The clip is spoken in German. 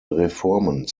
reformen